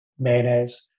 mayonnaise